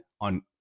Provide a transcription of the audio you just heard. on